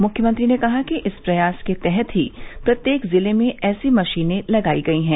मुख्यमंत्री ने कहा कि इस प्रयास के तहत ही प्रत्येक जिले में ऐसी मशीनें लगाई गई हैं